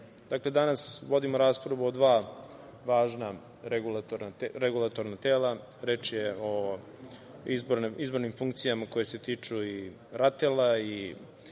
dakle danas vodimo raspravu o dva važna regulatorna tela. Reč je o izbornim funkcijama koje se tiču i RATEL i